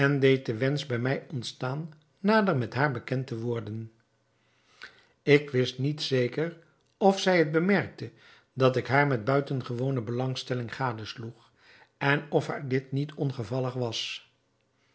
den wensch bij mij ontstaan nader met haar bekend te worden ik wist niet zeker of zij het bemerkte dat ik haar met buitengewoone belangstelling gadesloeg en of haar dit niet ongevallig was